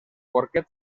porquet